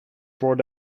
brought